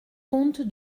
compte